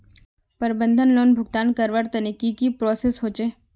प्रबंधन लोन भुगतान करवार तने की की प्रोसेस होचे?